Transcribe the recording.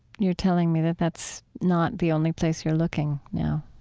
you're telling me that that's not the only place you're looking now